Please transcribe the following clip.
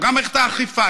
גם במערכת האכיפה,